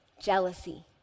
jealousy